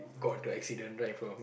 got into a accident right in front of me